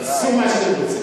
עשו מה שאתם רוצים.